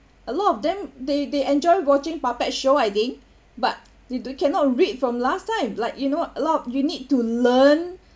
a lot of them they they enjoy watching puppet show I think but you don't cannot read from last time like you know a lot of you need to learn